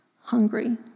hungry